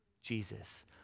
Jesus